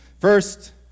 First